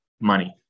money